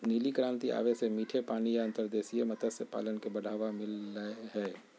नीली क्रांति आवे से मीठे पानी या अंतर्देशीय मत्स्य पालन के बढ़ावा मिल लय हय